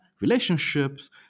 relationships